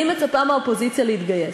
אני מצפה מהאופוזיציה להתגייס.